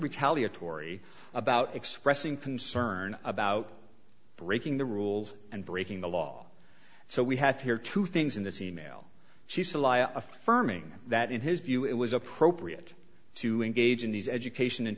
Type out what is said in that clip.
retaliatory about expressing concern about breaking the rules and breaking the law so we have here two things in this e mail she said affirming that in his view it was appropriate to engage in these education and